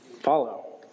follow